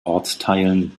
ortsteilen